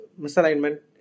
misalignment